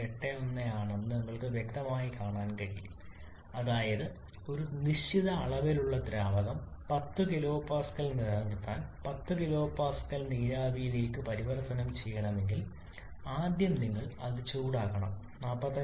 81 ആണെന്ന് നിങ്ങൾക്ക് വ്യക്തമായി കാണാൻ കഴിയും അതായത് ഒരു നിശ്ചിത അളവിലുള്ള ദ്രാവകം 10 kPa നിലനിർത്താൻ 10 kPa നീരാവിയിലേക്ക് പരിവർത്തനം ചെയ്യണമെങ്കിൽ ആദ്യം നിങ്ങൾ അത് ചൂടാക്കണം 45